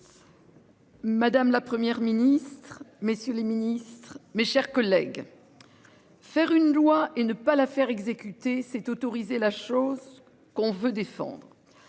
Madame, la Première ministre, messieurs les ministres, mes chers collègues. Faire une loi et ne pas la faire exécuter c'est autoriser la chose qu'on veut défendre.